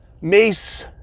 mace